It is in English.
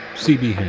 cb